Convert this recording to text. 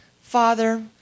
Father